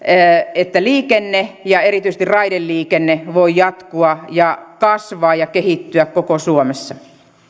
että liikenne ja erityisesti raideliikenne voi jatkua kasvaa ja kehittyä koko suomessa